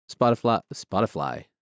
Spotify